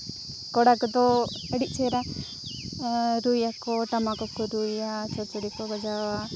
ᱠᱚᱲᱟ ᱠᱚᱫᱚ ᱟᱹᱰᱤ ᱪᱮᱦᱨᱟ ᱨᱩᱭᱟ ᱠᱚ ᱴᱟᱢᱟᱠ ᱠᱚᱠᱚ ᱨᱩᱭᱟ ᱪᱚᱲᱪᱚᱲᱤ ᱠᱚ ᱵᱟᱡᱟᱣᱟ